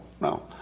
no